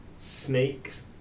Snakes